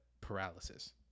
paralysis